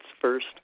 first